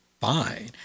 fine